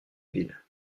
ville